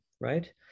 right